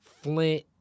Flint